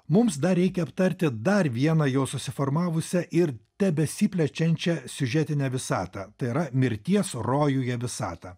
mums dar reikia aptarti dar vieną jau susiformavusią ir tebesiplečiančią siužetinę visatą tai yra mirties rojuje visatą